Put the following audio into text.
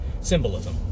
symbolism